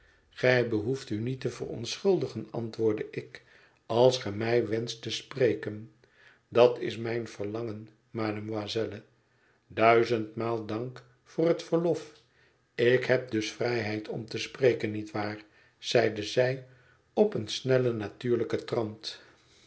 gij behoeft u niet te verontschuldigen antwoordde ik als ge mij wenscht te spreken dat is mijn verlangen mademoiselle duizendmaal dank voor het verlof ik heb dus vrijheid om te spreken niet waar zeide zij op een snellen natuurlijken trant